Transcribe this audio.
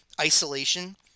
isolation